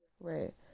right